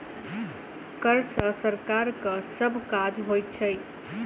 कर सॅ सरकारक सभ काज होइत छै